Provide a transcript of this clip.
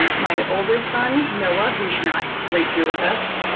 my older son, noah, who's not right here with us,